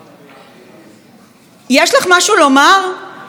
יש לך משהו לומר על המלצות משטרה על שוחד?